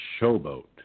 showboat